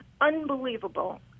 unbelievable